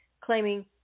claiming